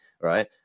right